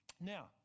now